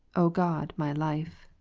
o god my life.